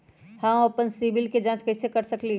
हम अपन सिबिल के जाँच कइसे कर सकली ह?